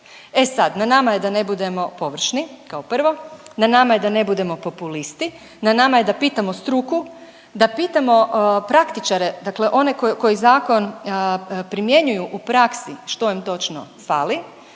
E sad, na nama je da ne budemo površni kao prvo, na nama je da ne budemo populisti. Na nama je da pitamo struku, da pitamo praktičare, dakle one koji zakon primjenjuju u praksi što im točno fali